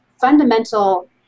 fundamental